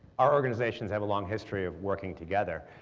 our organizations have a long history of working together,